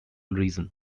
region